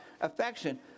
affection